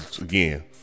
Again